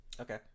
Okay